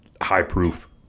high-proof